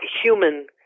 human